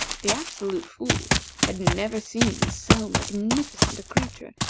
the absolute fool had never seen so magnificent a creature,